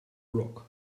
rock